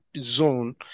zone